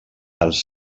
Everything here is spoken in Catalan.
dels